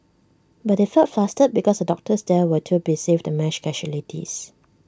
but they felt flustered because the doctors there were too busy with the mass casualties